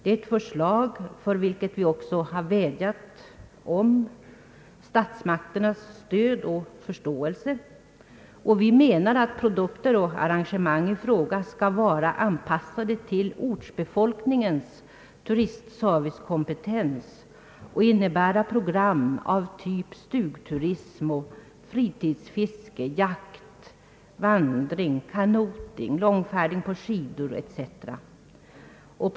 Det är ett förslag för vilket vi också har vädjat om statsmakternas stöd och förståelse. Vi menar att produkter och arrangemang i fråga skall vara anpassade till ortsbefolkningens turistservicekompetens och innebära program av typ stugturism, fritidsfiske, jakt, vandring, kanoting, långfärder på skidor etc.